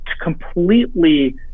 completely